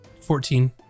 Fourteen